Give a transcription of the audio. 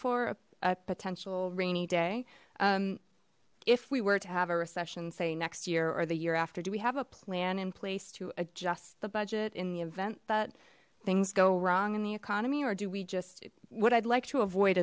for a potential rainy day if we were to have a recession say next year or the year after do we have a plan in place to adjust the budget in the event that things go wrong in the economy or do we just what i'd like to avoid